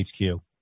HQ